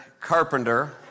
carpenter